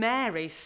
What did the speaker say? Mary